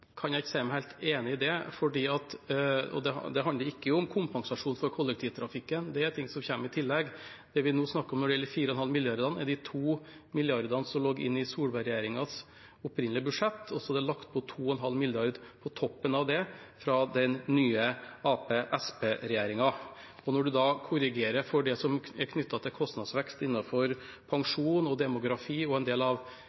kan jeg ikke si meg helt enig i det. Det handler ikke om kompensasjon for kollektivtrafikken. Det er ting som kommer i tillegg. Det vi nå snakker om når det gjelder de 4,5 mrd. kr, er de to milliardene som lå inne i Solberg-regjeringens opprinnelige budsjett, og så er det lagt på 2,5 mrd. kr på toppen av det fra den nye Arbeiderparti–Senterparti-regjeringen. Når man da korrigerer for det som er knyttet til kostnadsvekst innenfor pensjon, demografi og en del av